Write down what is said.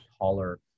taller